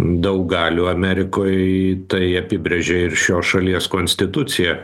daug galių amerikoj tai apibrėžia ir šios šalies konstitucija